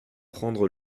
prendre